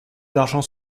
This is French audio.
d’argent